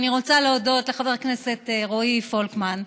ואני רוצה להודות לחבר הכנסת רועי פולקמן,